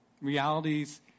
realities